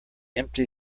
empty